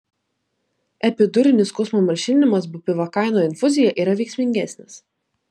epidurinis skausmo malšinimas bupivakaino infuzija yra veiksmingesnis